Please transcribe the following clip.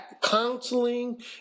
counseling